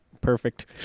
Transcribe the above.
Perfect